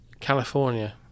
California